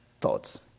thoughts